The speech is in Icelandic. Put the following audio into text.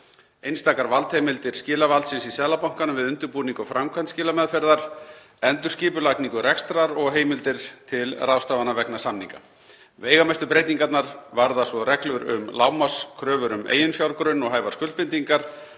einstakar valdheimildir skilavaldsins í Seðlabankanum við undirbúning og framkvæmd skilameðferðar, endurskipulagningu rekstrar og heimildir til ráðstafana vegna samninga. Veigamestu breytingarnar varða svo reglur um lágmarkskröfu um eiginfjárgrunn og hæfar skuldbindingar.